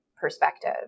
perspective